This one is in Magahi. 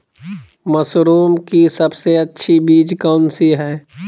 मशरूम की सबसे अच्छी बीज कौन सी है?